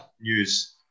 news